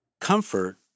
comfort